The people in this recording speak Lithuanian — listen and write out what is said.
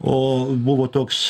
o buvo toks